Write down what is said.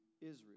Israel